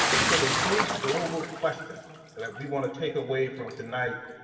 and so the big global question that we wanna take away from tonight,